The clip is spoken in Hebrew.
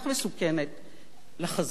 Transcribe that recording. לחזון הציוני.